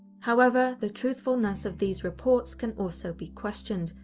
however, the truthfulness of these reports can also be questioned,